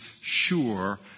sure